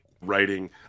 writing